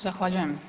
Zahvaljujem